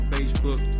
Facebook